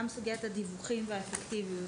גם סוגיית הדיווחים והאפקטיביות,